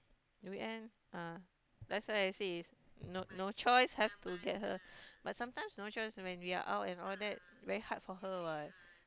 weekend uh that's why I say it's no no choice have to get her but sometimes no choice when we are out all that very hard for her [what]